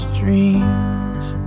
dreams